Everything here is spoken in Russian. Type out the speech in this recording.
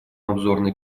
обзорной